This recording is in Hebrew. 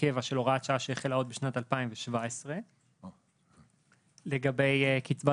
קבע של הוראת שעה שהחלה עוד בשנת 2017 לגבי קצבת